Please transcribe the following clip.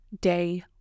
day